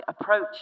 approach